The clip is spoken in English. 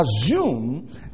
assume